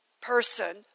person